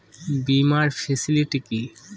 বীমার ফেসিলিটি কি?